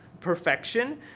perfection